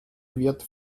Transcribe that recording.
wird